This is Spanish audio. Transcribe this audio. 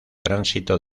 tránsito